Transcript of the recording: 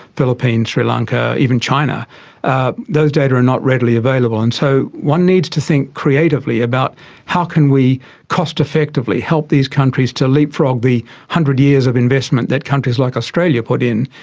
philippines, sri lanka, even china ah those data are not readily available. and so one needs to think creatively about how can we cost effectively help these countries to leapfrog the one hundred years of investment that countries like australia put in,